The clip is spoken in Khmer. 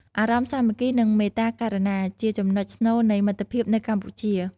អារម្មណ៍សាមគ្គី និងមេត្តាករុណា ជាចំណុចស្នូលនៃមិត្តភាពនៅកម្ពុជា។